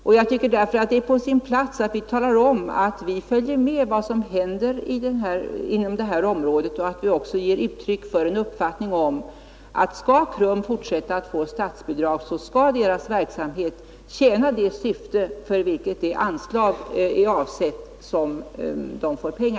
Det är därför på sin plats, enligt min mening, att vi talar om att vi följer med vad som händer inom det här området och att vi ger uttryck för den uppfattningen att om KRUM skall fortsätta att få statsbidrag så skall verksamheten tjäna det syfte för vilket pengarna är avsedda.